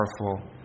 powerful